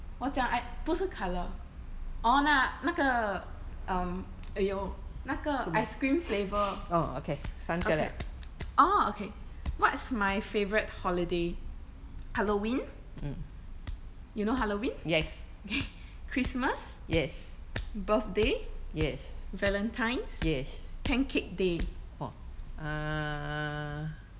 我讲 I 不是 colour orh 那那个 um !aiyo! 那个 ice-cream flavour okay orh okay what's my favourite holiday holiday halloween you know halloween christmas birthday valentine's pancake day